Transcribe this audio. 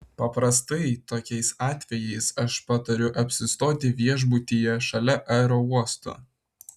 paprastai tokiais atvejais aš patariu apsistoti viešbutyje šalia aerouosto